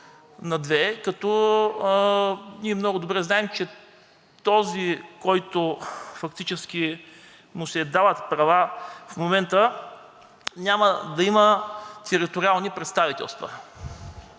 като ние много добре знаем, че на този, на който се дават права в момента, няма да има териториални представителства,